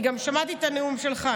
כי גם שמעתי את הנאום שלך,